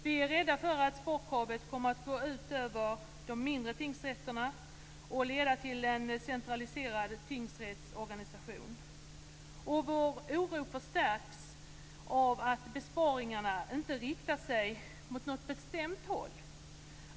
Vi är rädda för att sparkravet kommer att gå ut över de mindre tingsrätterna och leda till en centraliserad tingsrättsorganisation. Vår oro förstärks av att besparingarna inte riktar sig åt något bestämt håll.